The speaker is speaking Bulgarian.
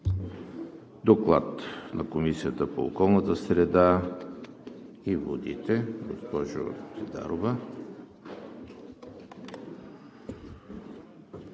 минала в Комисията по околната среда и водите,